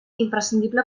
imprescindible